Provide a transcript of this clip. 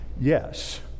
yes